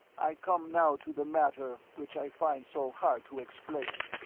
i come now to the matter which i find so hard to explain.